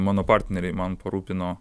mano partneriai man parūpino